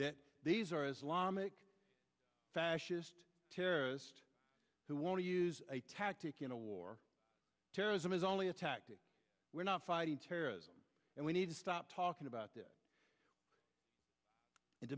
that these are islamic fascist terrorists who want to use a tactic in a war terrorism is only a tactic we're not fighting terrorism and we need to stop talking about this and